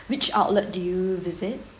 which outlet do you visit